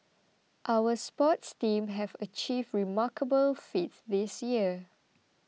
our sports teams have achieved remarkable feats this year